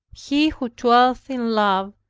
he who dwelleth in love,